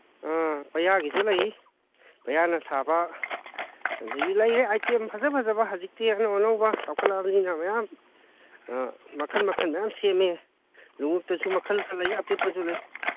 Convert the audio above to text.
ꯑꯥ ꯄꯌꯥꯒꯤꯁꯨ ꯂꯩ ꯄꯌꯥꯅ ꯁꯥꯕ ꯑꯗꯒꯤ ꯂꯩꯌꯦ ꯑꯥꯏꯇꯦꯝ ꯐꯖ ꯐꯖꯕ ꯍꯧꯖꯤꯛꯇꯤ ꯑꯅꯧ ꯑꯅꯧꯕ ꯆꯥꯎꯈꯠꯂꯛꯑꯕꯅꯤꯅ ꯃꯌꯥꯝ ꯃꯈꯟ ꯃꯈꯟ ꯃꯌꯥꯝ ꯁꯦꯝꯃꯦ ꯂꯣꯡꯎꯞꯇꯁꯨ ꯃꯈꯟ ꯈꯔ ꯂꯩ ꯑꯄꯤꯛꯄꯁꯨ ꯂꯩ